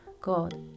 God